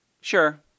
Sure